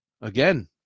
again